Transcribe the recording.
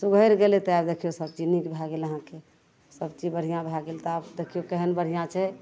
सुधरि गेलै तऽ आब देखिऔ सबचीज नीक भै गेल अहाँके सबचीज बढ़िआँ भै गेलै तऽ आब देखिऔ केहन बढ़िआँ छै